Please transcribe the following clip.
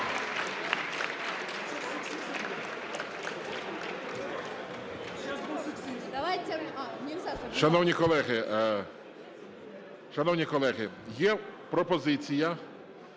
Шановні колеги, є пропозиція